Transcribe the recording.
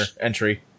entry